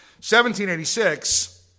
1786